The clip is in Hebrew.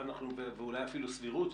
ואולי אפילו סבירות,